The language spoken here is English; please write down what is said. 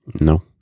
No